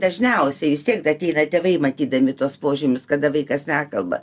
dažniausiai vis tiek ateina tėvai matydami tuos požymius kada vaikas nekalba